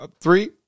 three